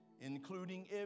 including